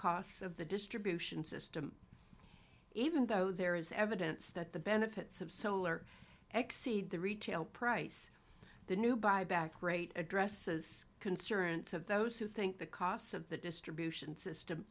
costs of the distribution system even though there is evidence that the benefits of solar exceed the retail price the new buyback rate addresses concerns of those who think the costs of the distribution system